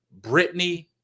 Britney